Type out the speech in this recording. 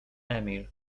emil